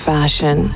Fashion